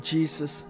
Jesus